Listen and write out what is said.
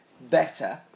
better